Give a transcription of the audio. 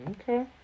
Okay